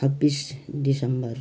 छब्बिस दिसम्बर